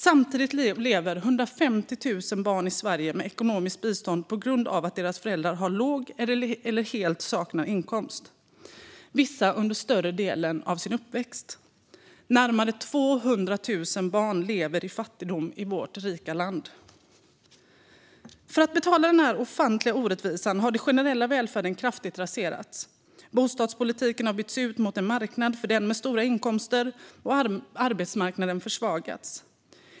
Samtidigt lever 150 000 barn i Sverige med ekonomiskt bistånd, vissa under större delen av sin uppväxt, på grund av att deras föräldrar har låg inkomst eller helt saknar inkomst. Närmare 200 000 barn lever i fattigdom i vårt rika land. För att betala för denna ofantliga orättvisa har den generella välfärden kraftigt raserats. Bostadspolitiken har bytts ut mot en marknad för dem med stora inkomster, och arbetsmarknaden har försvagats.